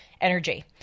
energy